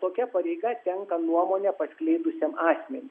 tokia pareiga tenka nuomonę paskleidusiam asmeniui